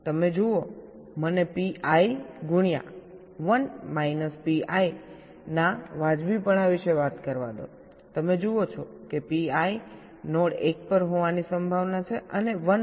તમે જુઓ મને Pi ગુણ્યા 1 માઇનસ Pi ના વાજબીપણાં વિશે વાત કરવા દોતમે જુઓ છો કે Pi નોડ 1 પર હોવાની સંભાવના છે અને 1 માઇનસ Pi નોડ 0 પર હોવાની સંભાવના છે